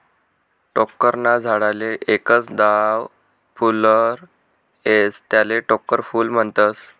टोक्कर ना झाडले एकच दाव फुल्लर येस त्याले टोक्कर फूल म्हनतस